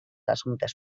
assumptes